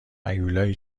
هیولایی